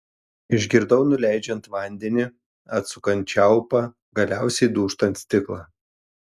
išgirdau nuleidžiant vandenį atsukant čiaupą galiausiai dūžtant stiklą